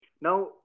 Now